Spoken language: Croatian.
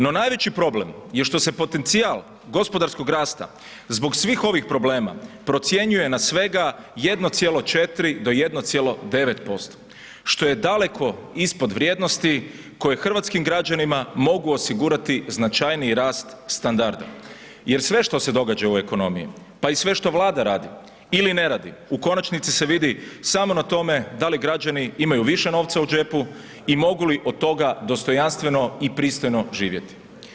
No, najveći problem je što se potencijal gospodarskog rasta zbog svih ovih problema procjenjuje na svega 1,4 do 1,9%, što je daleko ispod vrijednosti koje hrvatskih građanima mogu osigurati značajniji rast standarda jer sve što se događa u ekonomiji, pa i sve što Vlada radi ili ne radi, u konačnici se vidi samo na tome da li građani imaju više novca u džepu i mogu li od toga dostojanstveno i pristojno živjeti.